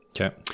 Okay